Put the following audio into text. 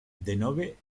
denove